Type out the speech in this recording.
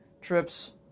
trips